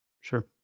Sure